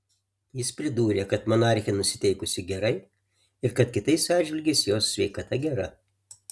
jis pridūrė kad monarchė nusiteikusi gerai ir kad kitais atžvilgiais jos sveikata gera